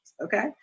okay